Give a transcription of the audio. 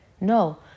No